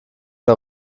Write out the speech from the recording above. der